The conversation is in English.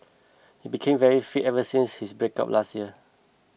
he became very fit ever since his breakup last year